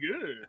good